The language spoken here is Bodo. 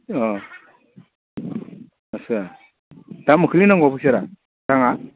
आस्सा दा गोख्रै नांगौ फैसाया राङा